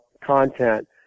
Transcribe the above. content